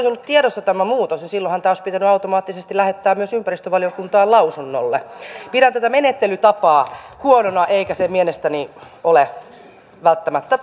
ollut tiedossa tämä muutos niin silloinhan tämä olisi pitänyt automaattisesti lähettää myös ympäristövaliokuntaan lausunnolle pidän tätä menettelytapaa huonona eikä se mielestäni ole välttämättä